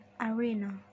arena